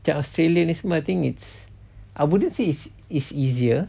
macam australian ni semua I think it's I wouldn't say it's it's easier